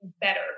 better